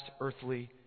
earthly